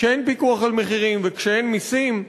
כשאין פיקוח על מחירים וכשאין מסים,